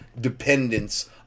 dependence